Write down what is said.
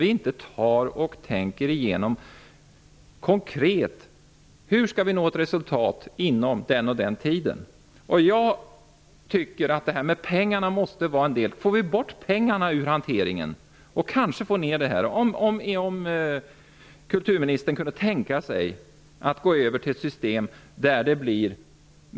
Vi måste konkret tänka igenom hur vi skall nå ett resultat inom en viss tid. Det viktiga är att få bort pengarna ur hanteringen. Skulle kulturministern kunna tänka sig att gå över till ett system med kuponger?